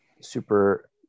super